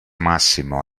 massimo